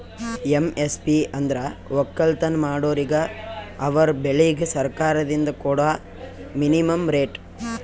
MSP ಅಂದ್ರ ವಕ್ಕಲತನ್ ಮಾಡೋರಿಗ ಅವರ್ ಬೆಳಿಗ್ ಸರ್ಕಾರ್ದಿಂದ್ ಕೊಡಾ ಮಿನಿಮಂ ರೇಟ್